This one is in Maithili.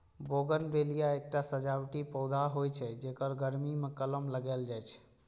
बोगनवेलिया एकटा सजावटी पौधा होइ छै, जेकर गर्मी मे कलम लगाएल जाइ छै